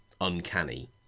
uncanny